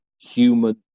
human